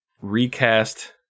recast